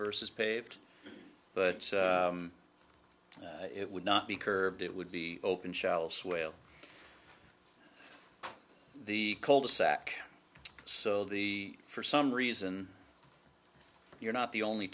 versus paved but it would not be curved it would be open shelves whale the cul de sac so the for some reason you're not the only